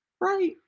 right